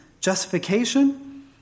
justification